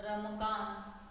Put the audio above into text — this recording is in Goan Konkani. रमाकांत